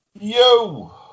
Yo